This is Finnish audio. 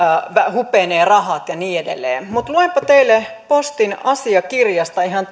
hupenee rahat ja niin edelleen mutta luenpa teille postin asiakirjasta ihan